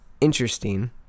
interesting